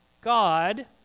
God